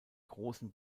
großen